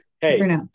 Hey